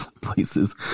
places